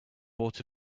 bought